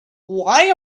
why